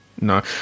no